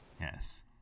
Yes